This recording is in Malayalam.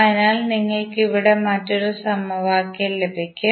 അതിനാൽ നിങ്ങൾക്ക് ഇവിടെ മറ്റൊരു സമവാക്യം ലഭിക്കും